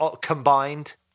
combined